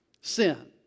sin